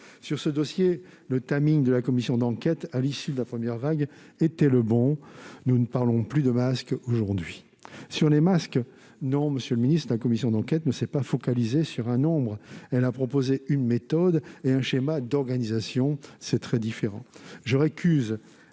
Sur ce dossier, le de la commission d'enquête, à l'issue de la première vague, était le bon : nous ne parlons plus de masques aujourd'hui. Non, monsieur le ministre, sur les masques, la commission d'enquête ne s'est pas focalisée sur un nombre ; elle a proposé une méthode et un schéma d'organisation, ce qui est très différent. Je récuse